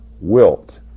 wilt